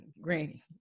granny